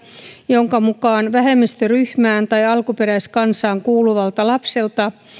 jonka mukaan vähemmistöryhmään tai alkuperäiskansaan kuuluvalta lapselta